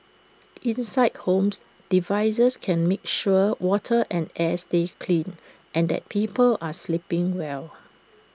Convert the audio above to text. inside homes devices can make sure water and air stay clean and that people are sleeping well